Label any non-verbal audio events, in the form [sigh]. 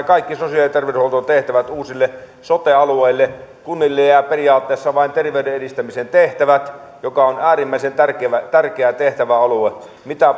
[unintelligible] kaikki sosiaali ja terveydenhuollon tehtävät uusille sote alueille kunnille jäävät periaatteessa vain terveyden edistämisen tehtävät joka on äärimmäisen tärkeä tehtäväalue mitä [unintelligible]